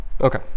Okay